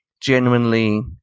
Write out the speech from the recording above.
genuinely